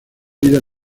líder